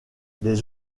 des